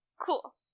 Cool